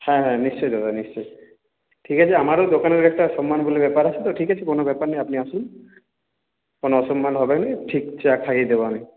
হ্যাঁ হ্যাঁ নিশ্চই দাদা নিশ্চই ঠিক আছে আমারও দোকানের একটা সম্মান বলে ব্যাপার আছে তো ঠিক আছে কোনো ব্যাপার না আপনি আসুন কোনো অসম্মান হবেনে ঠিক চা খাইয়ে দেবো আমি